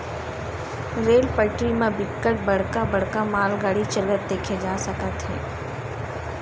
rail पटरी म बिकट बड़का बड़का मालगाड़ी चलत देखे जा सकत हे